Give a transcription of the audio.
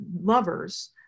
lovers